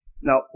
Now